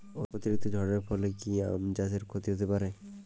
অতিরিক্ত ঝড়ের ফলে কি আম চাষে ক্ষতি হতে পারে?